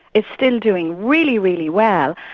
it's still doing really, really well,